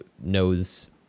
knows